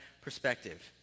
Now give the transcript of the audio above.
perspective